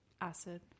acid